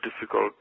difficult